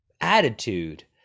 attitude